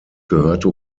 gehörte